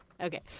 okay